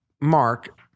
Mark